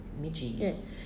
midges